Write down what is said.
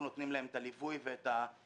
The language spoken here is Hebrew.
אנחנו נותנים להם את הליווי המקצועי ואת המקום,